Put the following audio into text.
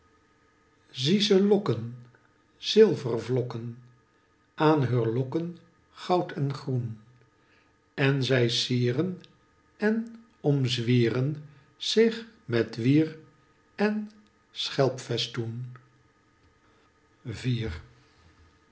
zie ze lokken zilvervlokken aan heur lokkengoud en groen en zij cieren en omzwieren zich met wier en schelpfestoen hoor